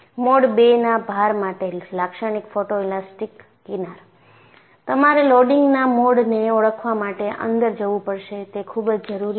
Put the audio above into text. mode II ના ભાર માટે લાક્ષણીક ફોટોએલાસ્ટિક કિનાર તમારે લોડિંગના મોડને ઓળખવા માટે અંદર જવું પડશે તે ખુબ જરૂરી છે